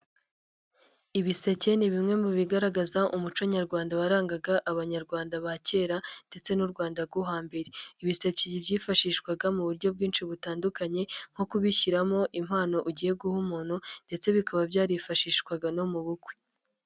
Ibiseke ni bimwe mu bigaragaza umuco nyarwanda warangaga abanyarwanda ba kera ndetse n'u Rwanda rwo hambere, ibiseke byifashishwaga mu buryo bwinshi butandukanye nko kubishyiramo impano ugiye guha umuntu ndetse bikaba byarifashishwaga no mu bukwe.